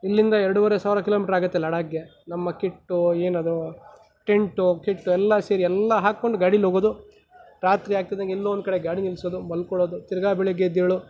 ಇಲ್ಲಿಂದ ಎರಡುವರೆ ಸಾವಿರ ಕಿಲೋಮೀಟರ್ ಆಗತ್ತೆ ಲಡಾಖ್ಗೆ ನಮ್ಮ ಕಿಟ್ಟು ಏನದು ಟಿಂಟು ಕಿಟ್ಟು ಎಲ್ಲ ಸೇರಿ ಎಲ್ಲ ಹಾಕ್ಕೊಂಡು ಗಾಡೀಲಿ ಹೋಗೋದು ರಾತ್ರಿ ಆಗ್ತಿದಂಗೆ ಎಲ್ಲೊ ಒಂದು ಕಡೆ ಗಾಡಿ ನಿಲ್ಸೋದು ಮಲ್ಕೊಳ್ಳೋದು ತಿರ್ಗ ಬೆಳಗ್ಗೆ ಎದ್ದೇಳು